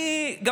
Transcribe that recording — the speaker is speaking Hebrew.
אני גם